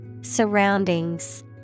Surroundings